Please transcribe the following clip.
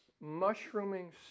mushrooming